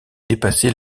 dépasser